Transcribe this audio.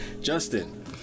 Justin